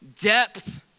depth